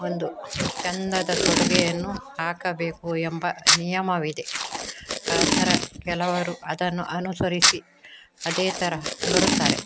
ಒಂದು ಚೆಂದದ ತೊಡುಗೆಯನ್ನು ಹಾಕಬೇಕು ಎಂಬ ನಿಯಮವಿದೆ ಆ ಥರ ಕೆಲವರು ಅದನ್ನು ಅನುಸರಿಸಿ ಅದೇ ತರಹ ಬರುತ್ತಾರೆ